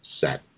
set